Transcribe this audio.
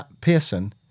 Pearson